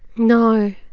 no,